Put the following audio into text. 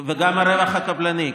וגם הרווח הקבלני,